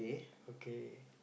okay